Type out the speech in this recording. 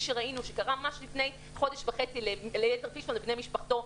שראינו שקרה ממש לפני חודש וחצי לאליעזר פישמן ובני משפחתו,